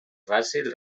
fàcil